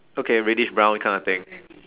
okay reddish brown kind of thing